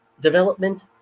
Development